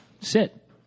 sit